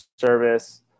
service